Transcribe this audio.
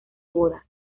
bodas